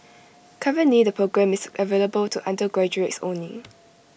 currently the programme is available to undergraduates only